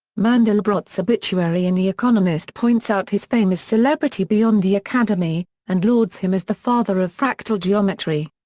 mandelbrot's obituary in the economist points out his fame as celebrity beyond the academy and lauds him as the father of fractal geometry.